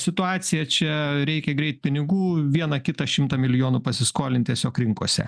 situacija čia reikia greit pinigų vieną kitą šimtą milijonų pasiskolint tiesiog rinkose